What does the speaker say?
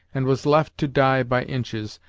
and was left to die by inches,